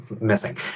missing